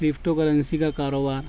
crypto currency کا کاروبار